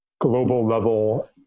global-level